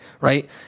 right